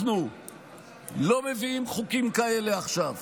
אנחנו לא מביאים חוקים כאלה עכשיו,